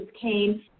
came